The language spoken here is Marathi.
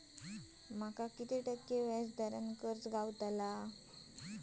माका किती टक्के व्याज दरान कर्ज गावतला?